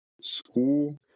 school